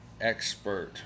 expert